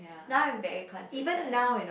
now I'm very consistent